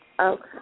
Okay